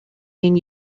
mean